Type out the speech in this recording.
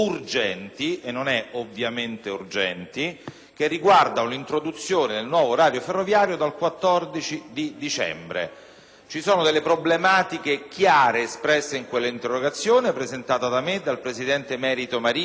riguardanti l'introduzione del nuovo orario ferroviario a partire dal 14 dicembre. Vi sono delle problematiche chiare espresse in quella interrogazione, presentata da me, dal presidente emerito del Senato Marini e dal senatore Legnini, al ministro